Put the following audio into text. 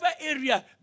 area